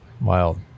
wild